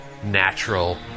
Natural